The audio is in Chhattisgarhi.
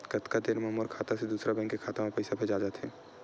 कतका देर मा मोर खाता से दूसरा बैंक के खाता मा पईसा भेजा जाथे?